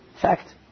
Fact